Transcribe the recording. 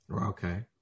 Okay